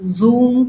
Zoom